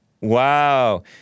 Wow